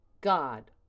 God